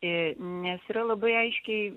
i nes yra labai aiškiai